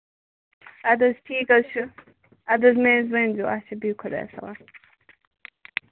اَدٕ حظ ٹھیٖک حظ چھُ اَدٕ حظ مےٚ حظ ؤنۍ زیٚو اَچھا بِہِو خدایَس حَوال